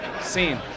Scene